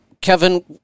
Kevin